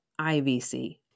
IVC